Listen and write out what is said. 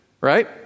right